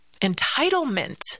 entitlement